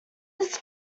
his